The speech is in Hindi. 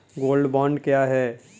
गोल्ड बॉन्ड क्या है?